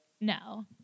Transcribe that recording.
no